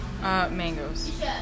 mangoes